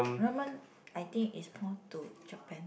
ramen I think is more to Japan